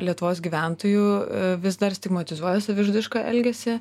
lietuvos gyventojų vis dar stigmatizuoja savižudišką elgesį